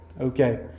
Okay